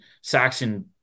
saxon